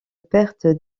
perte